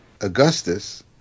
augustus